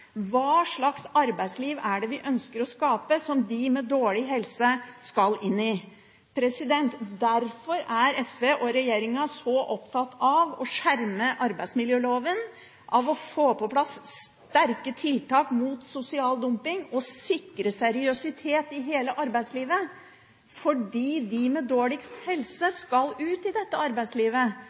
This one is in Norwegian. Hva slags arbeidsliv er det vi ønsker å skape som de med dårlig helse skal inn i? SV og regjeringen er opptatt av å skjerme arbeidsmiljøloven, av å få på plass sterke tiltak mot sosial dumping og sikre seriøsitet i hele arbeidslivet, fordi de med dårligst helse skal ut i dette arbeidslivet.